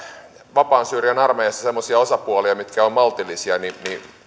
vapaan syyrian armeijassa semmoisia osapuolia mitkä ovat maltillisia niin